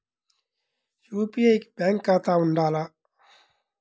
UPI కి bank ఖాతా ఉండాల?